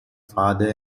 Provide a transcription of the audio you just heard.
father